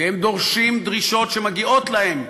והם דורשים דרישות שמגיעות להם.